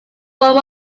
form